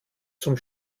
zum